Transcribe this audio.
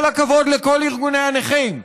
כל הכבוד לכל ארגוני הנכים,